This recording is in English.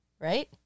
Right